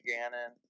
Gannon